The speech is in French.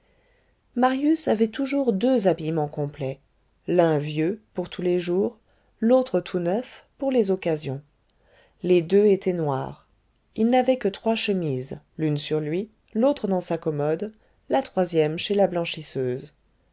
marius avait toujours deux habillements complets l'un vieux pour tous les jours l'autre tout neuf pour les occasions les deux étaient noirs il n'avait que trois chemises l'une sur lui l'autre dans sa commode la troisième chez la blanchisseuse